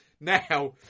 Now